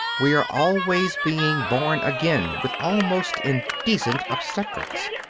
we are always being born again with almost indecent obstetrics.